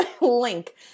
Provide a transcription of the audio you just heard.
link